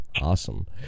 awesome